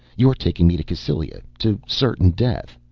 you're taking me to cassylia to certain death.